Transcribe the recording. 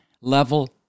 level